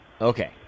Okay